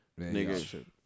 nigga